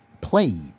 played